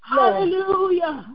Hallelujah